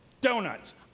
donuts